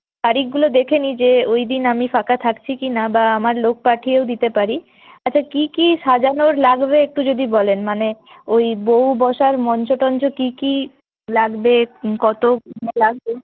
তারিখগুলো দেখে নিই যে ওইদিন আমি ফাঁকা থাকছি কিনা বা আমার লোক পাঠিয়েও দিতে পারি আচ্ছা কী কী সাজানোর লাগবে একটু যদি বলেন মানে ওই বউ বসার মঞ্চ টঞ্চ কী কী লাগবে কত লাগবে